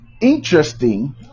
interesting